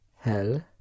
hell